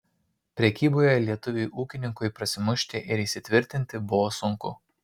prekyboje lietuviui ūkininkui prasimušti ir įsitvirtinti buvo sunku